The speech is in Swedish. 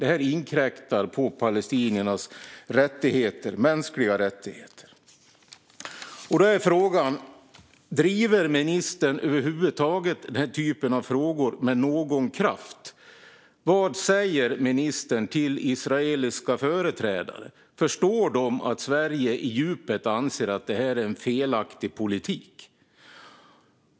Det inkräktar på palestiniernas mänskliga rättigheter. Då är frågan: Driver ministern över huvud taget den här typen av frågor med någon kraft? Vad säger ministern till israeliska företrädare? Förstår de att Sverige i djupet anser att det här är en felaktig politik?